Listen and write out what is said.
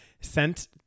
Sent